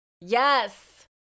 Yes